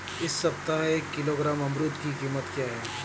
इस सप्ताह एक किलोग्राम अमरूद की कीमत क्या है?